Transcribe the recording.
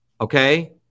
okay